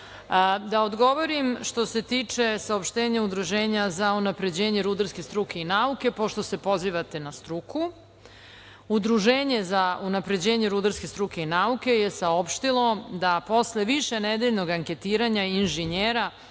odgovorim što se tiče saopštenja Udruženja za unapređenje rudarske struke i nauke, pošto se pozivate na struku. Udruženje za unapređenje rudarske struke i nauke je saopštilo da posle višenedeljnog anketiranja inženjera